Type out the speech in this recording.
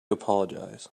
apologize